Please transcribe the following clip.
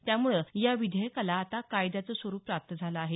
त्यामुळे या विधेयकाला आता कायद्याचं स्वरुप प्राप्त झालं आहे